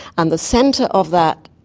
and the centre of that,